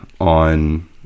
on